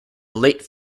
late